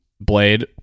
Blade